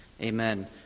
Amen